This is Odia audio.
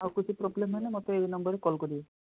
ଆଉ କିଛି ପ୍ରୋବ୍ଲେମ୍ ହେଲେ ମୋତେ ଏଇ ନମ୍ବରରେ କଲ କରିବେ